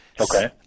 Okay